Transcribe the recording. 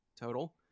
total